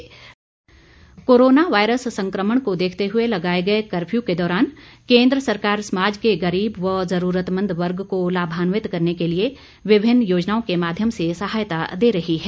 गरीब कल्याण योजना कोरोना वायरस संक्रमण को देखते हए लगाए गए कफ़र्यू के दौरान केंद्र सरकार समाज के गरीब व जरूरतमंद वर्ग को लाभान्वित करने के लिए विभिन्न योजनाओं के माध्यम से सहायता दे रही है